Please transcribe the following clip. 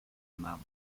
mum